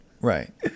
Right